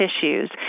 tissues